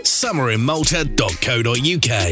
summerinmalta.co.uk